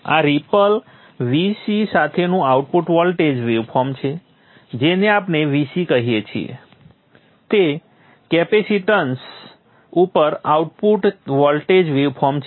આ ripple Vc સાથેનું output voltage waveform છે જેને આપણે Vc કહીએ છીએ તે કેપેસીટન્સ ઉપર આઉટપુટ વોલ્ટેજ વેવફોર્મ છે